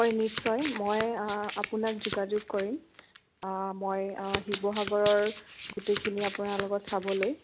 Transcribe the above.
হয় নিশ্চয় মই আপোনাক যোগাযোগ কৰিম মই শিৱসাগৰৰ গোটেইখিনি আপোনাৰ লগত চাবলৈ